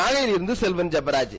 நாகையிலிருந்து Selvan Jebaraj